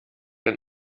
ein